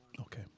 Okay